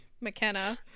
mckenna